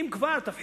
איפה השכל?